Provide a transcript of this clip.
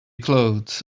clothes